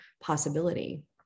possibility